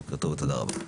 בוקר טוב ותודה רבה.